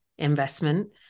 investment